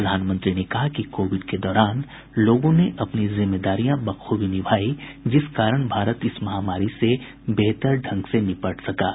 प्रधानमंत्री ने कहा कि कोविड के दौरान लोगों ने अपनी जिम्मेदारियां बखूबी निभायी जिस कारण भारत इस महामारी से बेहतर ढंग से निपट सका है